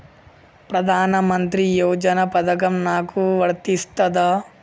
ప్రధానమంత్రి యోజన పథకం నాకు వర్తిస్తదా?